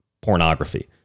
pornography